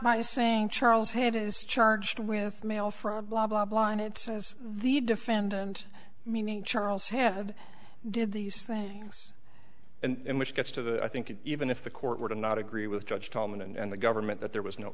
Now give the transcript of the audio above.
by saying charles head is charged with mail fraud blah blah blah and it says the defendant meaning charles have did these things and which gets to the i think even if the court would not agree with judge tallman and the government that there was no